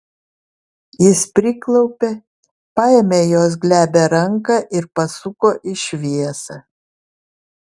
jis priklaupė paėmė jos glebią ranką ir pasuko į šviesą